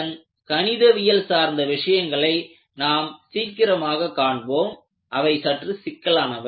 அதன் கணிதவியல் சார்ந்த விஷயங்களை நாம் சீக்கிரமாக காண்போம் அவை சற்று சிக்கலானவை